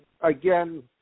again